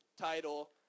title